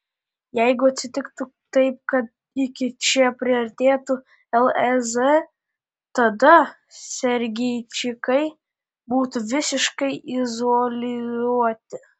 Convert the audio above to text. jeigu atsitiktų taip kad iki čia priartėtų lez tada sergeičikai būtų visiškai izoliuoti